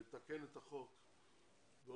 לתקן את החוק באופן